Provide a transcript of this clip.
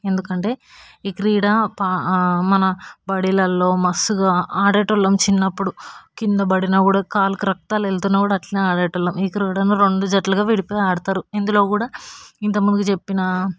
ఎందుకంటే ఈ క్రీడ మన బడీలల్లో మస్తుగా ఆడేటి వాళ్ళం చిన్నప్పుడు కిందపడినా కూడా కాళ్ళకి రక్తాలు వెళ్తున్నా కూడా అట్లానే ఆడేవాళ్ళం ఈ క్రీడను రెండు జట్లుగా విడిపోయి ఆడతారు ఇందులో కూడా ఇంతకు ముందుగా చెప్పిన